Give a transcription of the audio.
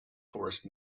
forest